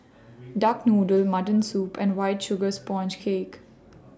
Duck Noodle Mutton Soup and White Sugar Sponge Cake